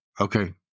Okay